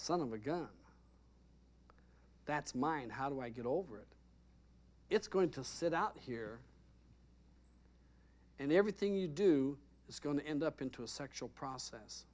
son of a gun that's mine how do i get over it it's going to sit out here and everything you do is going to end up into a sexual process